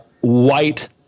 white